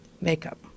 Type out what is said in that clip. Makeup